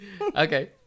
Okay